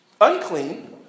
Unclean